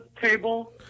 table